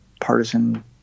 partisan